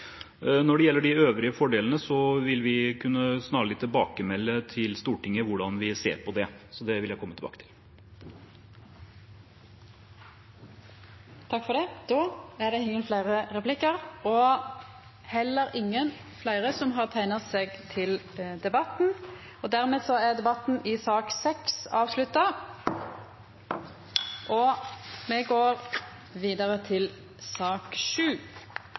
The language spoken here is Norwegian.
Når det gjelder de øvrige fordelene, vil vi snarlig kunne melde tilbake til Stortinget hvordan vi ser på det, så det vil jeg komme tilbake til. Replikkordskiftet er omme. Fleire har ikkje bedt om ordet til sak